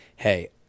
hey